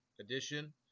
edition